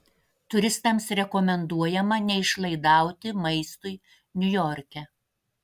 turistams rekomenduojama neišlaidauti maistui niujorke